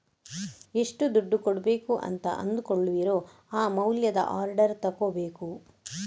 ಎಷ್ಟು ದುಡ್ಡು ಕೊಡ್ಬೇಕು ಅಂತ ಅಂದುಕೊಳ್ಳುವಿರೋ ಆ ಮೌಲ್ಯದ ಆರ್ಡರ್ ತಗೋಬೇಕು